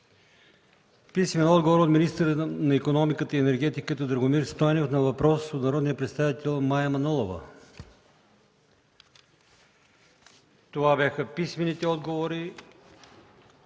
Ангелов; - министъра на икономиката и енергетиката Драгомир Стойнев на въпрос от народния представител Мая Манолова. Това бяха писмените отговори.